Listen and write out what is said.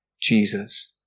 Jesus